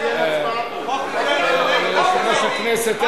אזרחית (תיקון, חלוקת ערכות מגן), התשע"א 2011,